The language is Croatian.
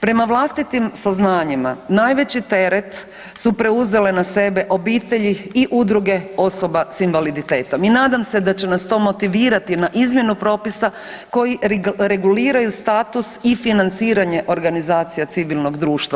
Prema vlastitim saznanjima najveći teret su preuzele na sebe obitelji i udruge osoba s invaliditetom i nadam se da će nas to motivirati na izmjenu propisa koji reguliraju status i financiranje organizacija civilnog društva.